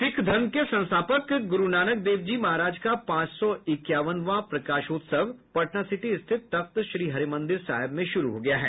सिख धर्म के संस्थापक गुरूनानक देव जी महाराज का पांच सौ इक्यावनवां प्रकाशोत्सव पटनासिटी स्थित तख्त श्रीहरिमंदिर साहिब में शुरू हो गया है